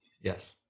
Yes